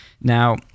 Now